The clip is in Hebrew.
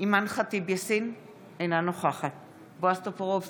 אימאן ח'טיב יאסין, אינה נוכחת בועז טופורובסקי,